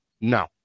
No